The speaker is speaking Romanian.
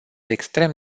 extrem